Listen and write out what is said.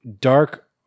Dark